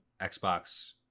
Xbox